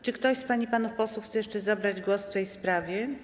Czy ktoś z pań i panów posłów chce jeszcze zabrać głos w tej sprawie?